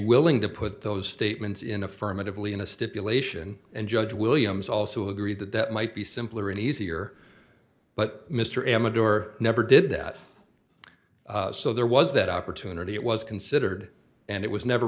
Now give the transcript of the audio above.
willing to put those statements in affirmatively in a stipulation and judge williams also agreed that that might be simpler and easier but mr amador never did that so there was that opportunity it was considered and it was never